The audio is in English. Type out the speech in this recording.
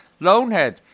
Lonehead